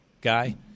guy